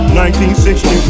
1960